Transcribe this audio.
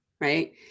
right